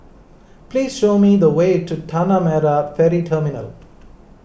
please show me the way to Tanah Merah Ferry Terminal